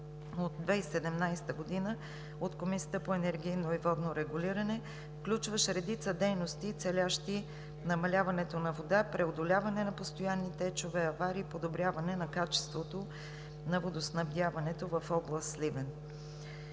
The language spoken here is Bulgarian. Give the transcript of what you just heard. от 2017 г. от Комисията за енергийно и водно регулиране, включващ редица дейности, целящи намаляването на вода, преодоляване на постоянни течове, аварии и подобряване на качеството на водоснабдяването в област Сливен.